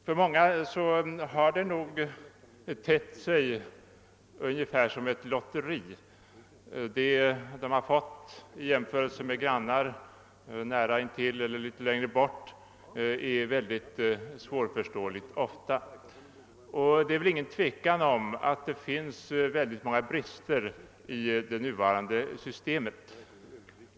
För många har de utbetalda ersättningarna tett sig något lotteribetonade. Skillnaderna i förhållande till de ersättningar som utgått till grannar i närheten av eller på längre avstånd från drabbade jordbrukare har ofta varit ganska svårförståeliga. Det råder inget tvivel om att det finns många brister i det nuvarande systemet.